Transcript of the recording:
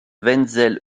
wenzel